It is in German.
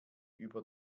über